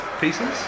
pieces